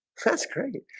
that's cranky.